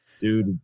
Dude